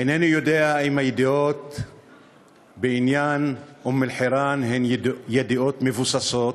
אינני יודע אם הידיעות בעניין אום-אלחיראן הן ידיעות מבוססות,